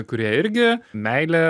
kurie irgi meilė